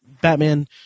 Batman